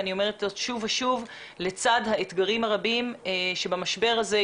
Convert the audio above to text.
אני אומרת שוב ושוב לצד האתגרים הרבים שבמשבר הזה,